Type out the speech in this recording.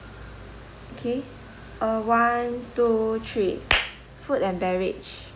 K uh one two three food and beverage